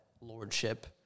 lordship